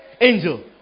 Angel